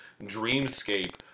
dreamscape